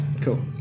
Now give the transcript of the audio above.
cool